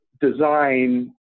design